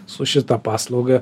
su šita paslauga